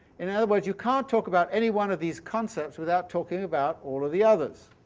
in other words, you can't talk about any one of these concepts without talking about all of the others.